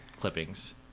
clippings